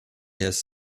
has